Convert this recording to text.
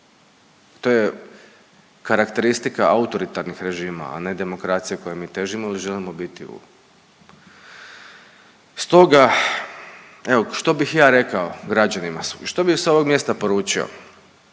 to je karakteristika autoritarnih režima, a ne demokraciji kojoj mi težimo ili želimo biti u. Stoga evo što bih ja rekao građanima, što bi im sa ovog mjesta poručio.